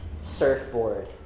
surfboard